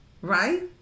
Right